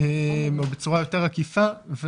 או בצורה יותר עקיפה.